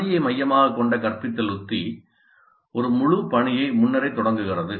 பணியை மையமாகக் கொண்ட கற்பித்தல் உத்தி ஒரு முழு பணியை முன்னரே தொடங்குகிறது